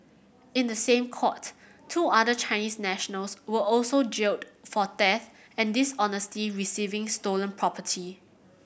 in the same court two other Chinese nationals were also jailed for theft and dishonesty receiving stolen property